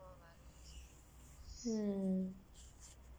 mm